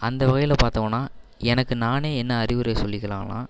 அந்த வகையில் பார்த்தமுன்னா எனக்கு நானே என்ன அறிவுரை சொல்லிக்கலான்னால்